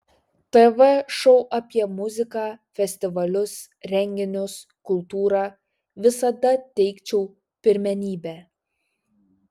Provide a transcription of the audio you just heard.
tv šou apie muziką festivalius renginius kultūrą visada teikčiau pirmenybę